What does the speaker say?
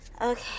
Okay